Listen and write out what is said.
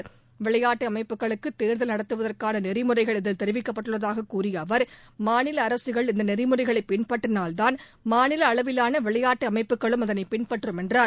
அமைப்புகளுக்கு விளையாட்டு தேர்தல் நடத்துவதற்கான நெறிமுறைகள் இதில் தெரிவிக்கப்பட்டுள்ளதாக கூறிய அவர் மாநில அரசுகள் இந்த நெறிமுறைகளை பின்பற்றினால்தான் மாநில அளவிலான விளையாட்டு அமைப்புகளும் அதனை பின்பற்றும் என்றார்